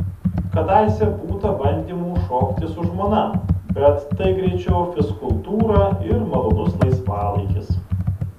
kadaise būta bandymų šokti su žmona bet tai greičiau fizkultūra ir malonus laisvalaikis